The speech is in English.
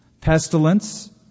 pestilence